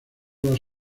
las